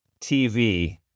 TV